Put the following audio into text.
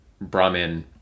Brahmin